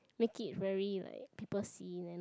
make it very like people see then not